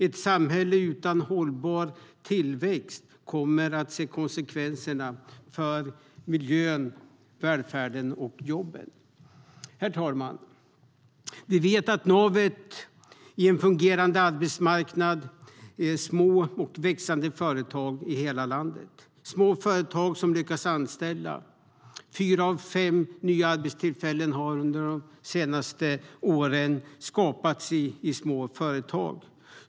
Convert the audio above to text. Ett samhälle utan hållbar tillväxt kommer att se konsekvenser för miljön, välfärden och jobben. Herr talman! Vi vet att navet i en fungerande arbetsmarknad är små och växande företag i hela landet. Det är fråga om små företag som lyckas anställa. Fyra av fem nya arbetstillfällen har under de senaste åren skapats i små företag.